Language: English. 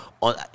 on